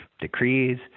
decrees